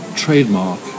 trademark